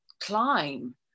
climb